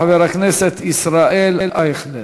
חבר הכנסת ישראל אייכלר.